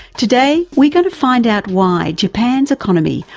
today we're going to find out why japan's economy,